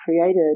created